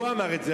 הוא אמר את זה,